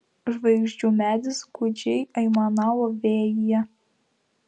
žvaigždžių medis gūdžiai aimanavo vėjyje